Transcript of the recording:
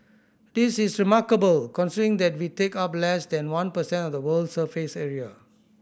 this is remarkable considering that we take up less than one per cent of the world's surface area